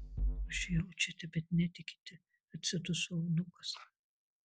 užjaučiate bet netikite atsiduso eunuchas